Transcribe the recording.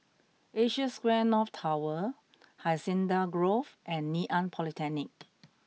Asia Square North Tower Hacienda Grove and Ngee Ann Polytechnic